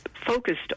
focused